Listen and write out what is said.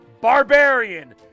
Barbarian